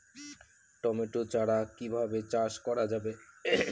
Tomato চারা কিভাবে চাষ করা যাবে?